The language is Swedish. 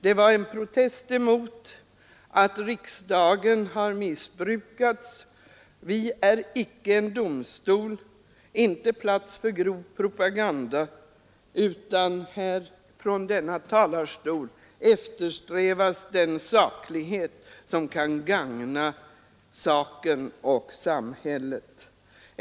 Det var en protest mot att riksdagen har missbrukats. Vi är icke en domstol, riksdagen är inte någon plats för grov propaganda, utan från denna talarstol eftersträvas den objektivitet som kan gagna saken och samhället.